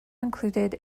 included